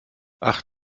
ach